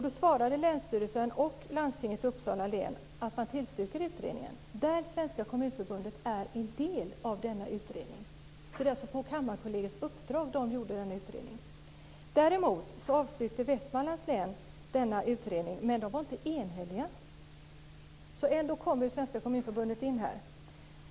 Då svarade länsstyrelsen och Landstinget i Uppsala län att man tillstyrkte en utredning där Svenska Kommunförbudet utgör en del av denna utredning. Det var alltså på Kammarkollegiets uppdrag som man gjorde denna utredning. Däremot avstyrkte Västmanlands län utredningen, men man var inte enhällig. Svenska Kommunförbundet kommer alltså ändå in här.